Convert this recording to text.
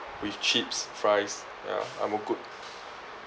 with chips fries ya I'm all good